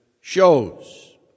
shows